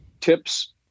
tips